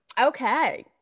Okay